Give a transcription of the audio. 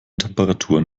temperaturen